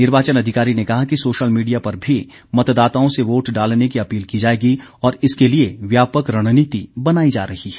निर्वाचन अधिकारी ने कहा कि सोशल मीडिया पर भी मतदाताओं से वोट डालने की अपील की जाएगी और इसके लिए व्यापक रणनीति बनाई जा रही है